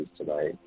tonight